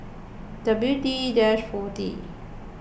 W D forty